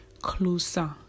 closer